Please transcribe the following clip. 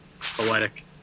poetic